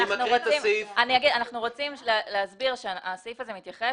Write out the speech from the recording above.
אנחנו רוצים להסביר שהסעיף הזה מתייחס